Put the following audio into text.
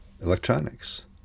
electronics